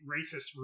racist